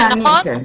סביר להניח, כן.